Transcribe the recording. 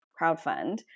crowdfund